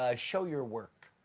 ah show your work.